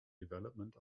development